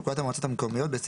בפקודת המועצות המקומיות ,